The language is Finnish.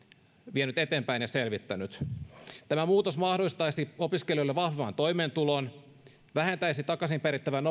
vienyt eteenpäin ja selvittänyt tämä muutos mahdollistaisi opiskelijoille vahvan toimeentulon vähentäisi takaisin perittävän